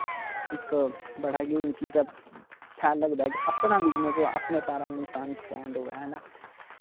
इक बड़ा ई मिकी ते शैल लगदा कि अपना बिज़नेस होऐ अपने पैरां उप्पर इंसान स्टैंड होऐ हैना